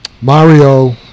Mario